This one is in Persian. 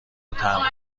وتنها